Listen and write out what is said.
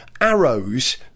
arrows